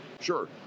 Sure